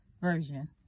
Version